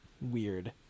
weird